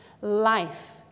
Life